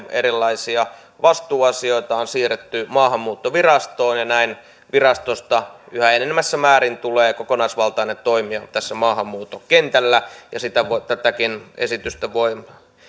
erilaisia vastuuasioita on siirretty maahanmuuttovirastoon ja näin virastosta yhä enenevässä määrin tulee kokonaisvaltainen toimija maahanmuuton kentällä ja tätäkin esitystä voi